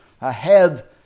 ahead